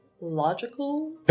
logical